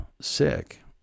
sick